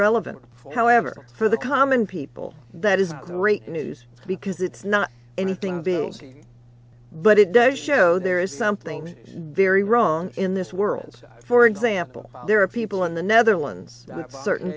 relevant however for the common people that is great news because it's not anything being seen but it does show there is something very wrong in this world for example there are people in the netherlands at certain